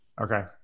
Okay